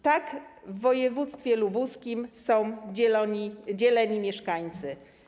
Tak w województwie lubuskim są dzieleni mieszkańcy.